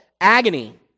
agony